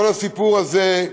כל הסיפור הזה,